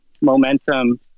momentum